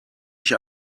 ich